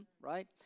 Right